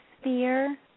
sphere